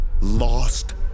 lost